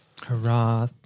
Hurrah